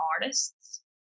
artists